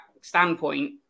standpoint